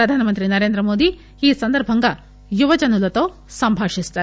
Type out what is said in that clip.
ప్రధానమంత్రి నరేంద్రమోదీ ఈ సందర్భంగా యువజనులతో సంభాషిస్తారు